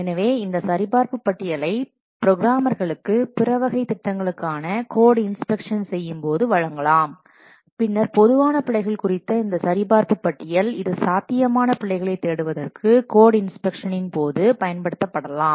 எனவே இந்த சரிபார்ப்பு பட்டியலை புரோகிராமர்களுக்கு பிற வகை திட்டங்களுக்கான கோட் இன்ஸ்பெக்ஷன் செய்யும்போது வழங்கலாம் பின்னர் பொதுவான பிழைகள் குறித்த இந்த சரிபார்ப்பு பட்டியல் இது சாத்தியமான பிழைகளைத் தேடுவதற்கு கோட் இன்ஸ்பெக்ஷனின் போது பயன்படுத்தப்படலாம்